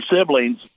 siblings—